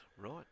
Right